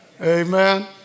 Amen